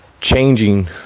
changing